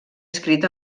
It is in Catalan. escrit